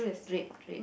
red red